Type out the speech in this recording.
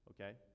okay